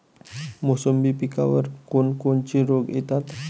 मोसंबी पिकावर कोन कोनचे रोग येतात?